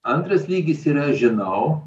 antras lygis yra žinau